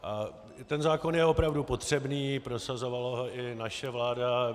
A ten zákon je opravdu potřebný, prosazovala ho i naše vláda.